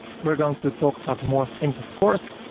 we're going to talk about more things of course.